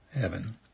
heaven